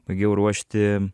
baigiau ruošti